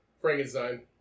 Frankenstein